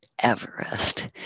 Everest